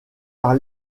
par